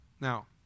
Now